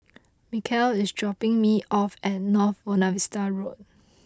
Micah is dropping me off at North Buona Vista Road